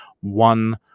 one